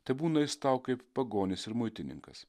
tebūna jis tau kaip pagonis ir muitininkas